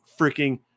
freaking